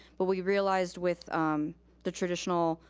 but we realized with the traditional,